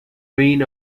reign